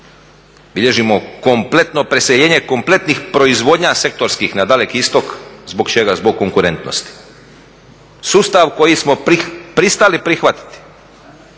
bilježimo kompletno preseljenje kompletnih proizvodnja sektorskih na daleki istok, zbog čega, zbog konkurentnosti. Sustav koji smo pristali prihvatiti